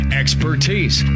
expertise